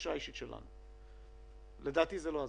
בתחושה האישית שלנו, לדעתי זה לא הזמן.